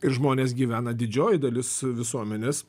ir žmonės gyvena didžioji dalis visuomenės